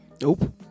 Nope